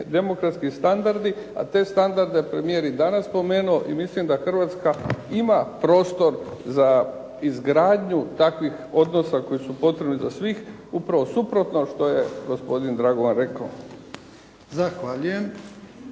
demokratski standardi, a te standarde je premijer i danas spomenuo i mislim da Hrvatska ima prostor za izgradnju takvih odnosa koji su potrebni da svih upravo suprotno što je gospodin Dragovan rekao. **Jarnjak,